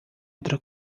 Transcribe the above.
outra